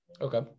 Okay